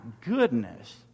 goodness